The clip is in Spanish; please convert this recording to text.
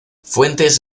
fuentes